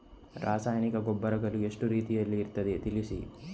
ರಾಸಾಯನಿಕ ಗೊಬ್ಬರಗಳು ಎಷ್ಟು ರೀತಿಯಲ್ಲಿ ಇರ್ತದೆ ತಿಳಿಸಿ?